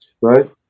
right